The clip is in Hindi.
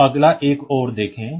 तो अगला एक और देखें